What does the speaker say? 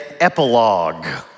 Epilogue